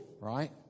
right